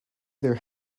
their